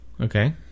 Okay